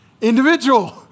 Individual